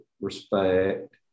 respect